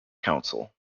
council